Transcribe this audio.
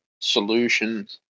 solutions